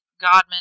Godman